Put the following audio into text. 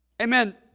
Amen